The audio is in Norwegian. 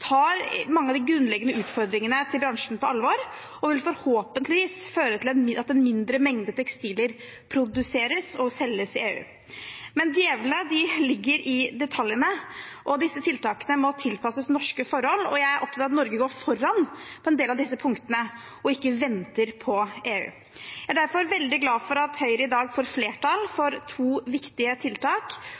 tar mange av de grunnleggende utfordringene i bransjen på alvor og forhåpentligvis vil føre til at en mindre mengde tekstiler produseres og selges i EU. Men djevelen ligger i detaljene, og disse tiltakene må tilpasses norske forhold. Jeg er opptatt av at Norge går foran på en del av disse punktene og ikke venter på EU. Jeg er derfor veldig glad for at Høyre i dag får flertall for to viktige tiltak,